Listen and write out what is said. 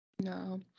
No